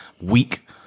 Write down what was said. week